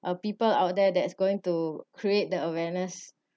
uh people out there that's going to create the awareness